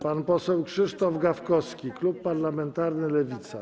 Pan poseł Krzysztof Gawkowski, klub parlamentarny Lewica.